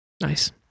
Nice